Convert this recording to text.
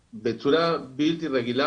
היא אמרה שהם באים לקראתי בצורה בלתי רגילה,